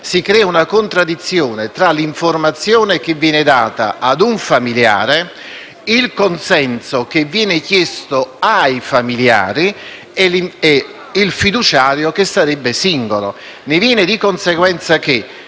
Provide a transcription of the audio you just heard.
si crea una contraddizione tra l'informazione che viene data a un familiare, il consenso che viene chiesto ai familiari e il fiduciario che sarebbe singolo.